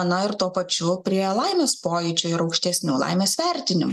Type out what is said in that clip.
na ir tuo pačiu prie laimės pojūčio ir aukštesnių laimės vertinimų